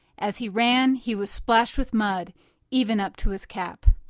as he ran, he was splashed with mud even up to his cap.